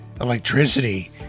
Electricity